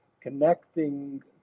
connecting